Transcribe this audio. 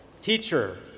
teacher